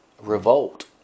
Revolt